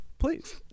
please